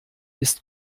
ist